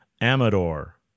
Amador